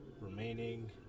remaining